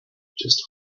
just